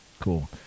Cool